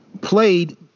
played